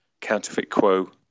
CounterfeitQuo